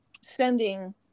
sending